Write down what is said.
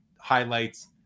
highlights